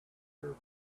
are